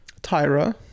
Tyra